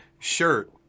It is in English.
shirt